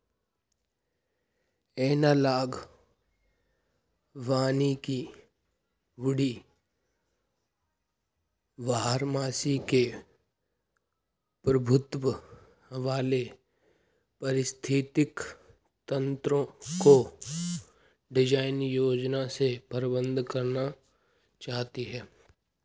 analogue वानिकी woody बारहमासी के प्रभुत्व वाले पारिस्थितिक तंत्रको डिजाइन, योजना और प्रबंधन करना चाहती है